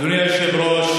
אדוני היושב-ראש,